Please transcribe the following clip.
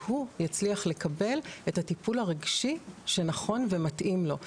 שהוא יצליח לקבל את הטיפול הרגשי שנכון ומתאים לו.